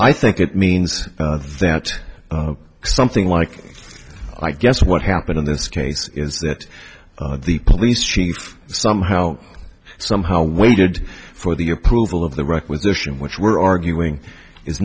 i think it means that something like i guess what happened in this case is that the police somehow somehow waited for the approval of the requisition which we're arguing is